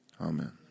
Amen